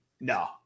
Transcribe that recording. no